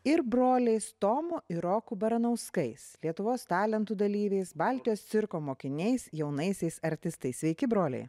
ir broliais tomu ir roku baranauskais lietuvos talentų dalyviais baltijos cirko mokiniais jaunaisiais artistais sveiki broliai